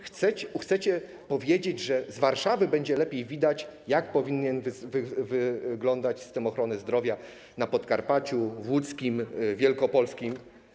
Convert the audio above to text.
Chcecie powiedzieć, że z Warszawy będzie lepiej widać, jak powinien wyglądać system ochrony zdrowia na Podkarpaciu, w Łódzkiem, w Wielkopolsce?